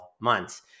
months